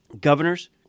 Governor's